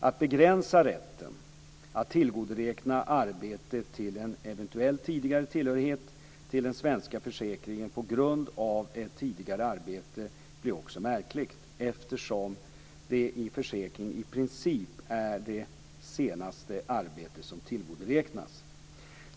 Att begränsa rätten att tillgodoräkna arbetet till en eventuell tidigare tillhörighet till den svenska försäkringen på grund av ett tidigare arbete blir också märkligt, eftersom det i försäkringen i princip endast är det senaste arbetet som tillgodoräknas.